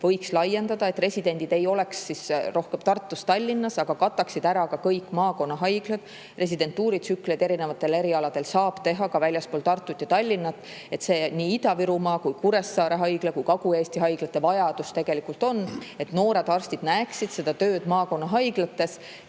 võiks laiendada, et residendid ei oleks rohkem Tartus ja Tallinnas, vaid kataksid ära kõik maakonnahaiglad. Residentuuritsükleid erinevatel erialadel saab teha ka väljaspool Tartut ja Tallinna. Nii Ida-Virumaa, Kuressaare Haigla kui ka Kagu-Eesti haiglate vajadus tegelikult on, et noored arstid näeksid seda tööd maakonnahaiglates,